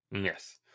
Yes